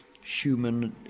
human